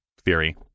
theory